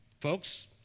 Folks